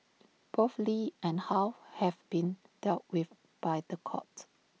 both lee and how have been dealt with by The Court